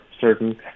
certain